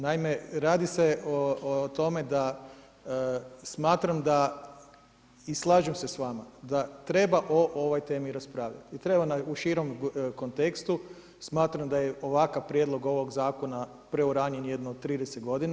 Naime, radi se o tome da smatram da i slažem se s vama da treba o ovoj temi raspravljati i treba, u širem kontekstu smatram da je ovakav prijedlog ovoga zakona preuranjen jedno 30 godina.